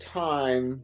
time